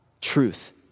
truth